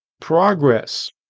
Progress